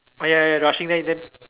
ah ya ya ya rushing there then